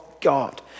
God